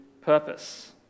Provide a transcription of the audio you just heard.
purpose